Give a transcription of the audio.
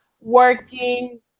working